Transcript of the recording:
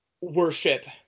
worship